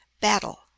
battle